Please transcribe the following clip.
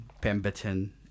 Pemberton